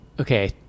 Okay